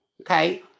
Okay